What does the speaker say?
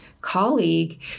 colleague